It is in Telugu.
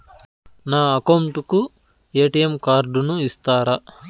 నా అకౌంట్ కు ఎ.టి.ఎం కార్డును ఇస్తారా